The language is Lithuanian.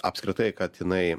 apskritai kad jinai